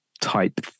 type